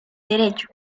derecho